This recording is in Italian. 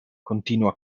continua